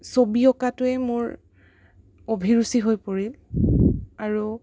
ছবি অঁকাটোৱেই মোৰ অভিৰুচি হৈ পৰিল আৰু